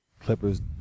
Clippers